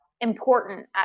important